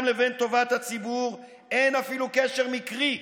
לבין טובת הציבור אין אפילו קשר מקרי.